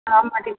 ஆமாம் டீச்சர்